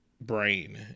brain